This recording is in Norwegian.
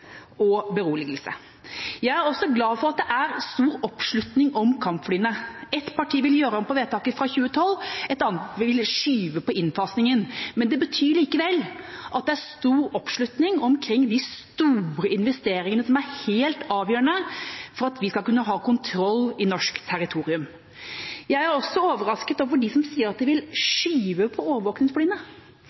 og beroligelse. Jeg er glad for at det er stor oppslutning om kampflyene. Et parti vil gjøre om på vedtaket fra 2012, et annet vil skyve på innfasingen. Men det betyr likevel at det er stor oppslutning om de store investeringene som er helt avgjørende for at vi skal kunne ha kontroll over norsk territorium. Jeg er overrasket over dem som sier at de vil skyve på